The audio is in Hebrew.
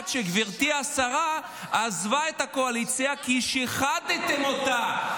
עד שגברתי השרה עזבה את הקואליציה כי שיחדתם אותה.